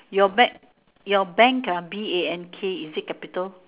your bag your bank B A N K is it capital